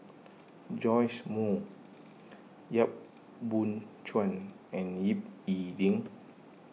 Joash Moo Yap Boon Chuan and Ying E Ding